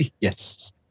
Yes